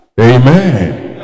amen